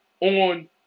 on